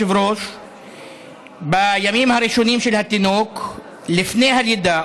בבקשה, אתה תנמק את ההצעה.